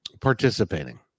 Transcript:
participating